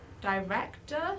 director